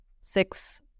six